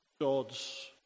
God's